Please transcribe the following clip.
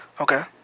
Okay